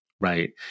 right